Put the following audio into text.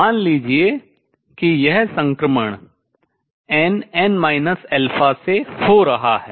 मान लीजिए कि यह संक्रमण n n से हो रहा है